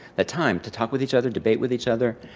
that time to talk with each other, debate with each other,